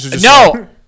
No